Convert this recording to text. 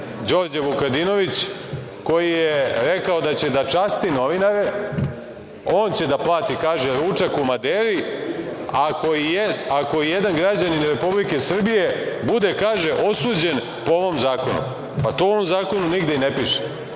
Đorđe Vukadinović, koji je rekao da će da časti novinare, on će da plati, kaže, ručak u „Maderi“ ako i jedan građanin Republike Srbije bude osuđen po ovom zakonu. To u ovom zakonu nigde i ne piše. Ovde